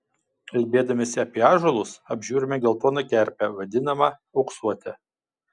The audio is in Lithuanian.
kalbėdamiesi apie ąžuolus apžiūrime geltoną kerpę vadinamą auksuote